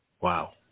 Wow